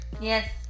Yes